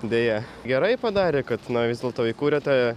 deja gerai padarė kad vis dėlto įkūrė tą